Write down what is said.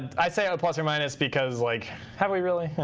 i say plus or minus, because like have we really?